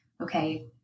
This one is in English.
okay